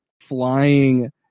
flying